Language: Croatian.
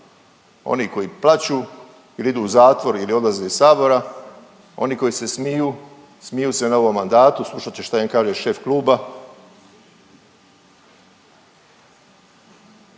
oni koji plaču il idu u zatvor ili odlaze iz Sabora, oni koji se smiju, smiju se novom mandatu, slušat će šta im kaže šef kluba.